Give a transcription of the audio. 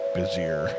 busier